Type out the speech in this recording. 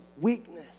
weakness